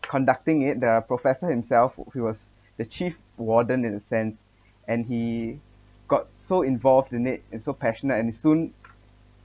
conducting it the professor himself he was the chief warden in a sense and he got so involved in it he’s so passionate and soon